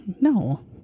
no